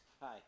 Hi